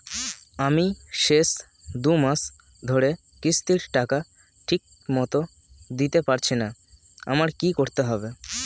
আমি শেষ দুমাস ধরে কিস্তির টাকা ঠিকমতো দিতে পারছিনা আমার কি করতে হবে?